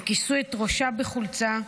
הם כיסו את ראשה בחולצה,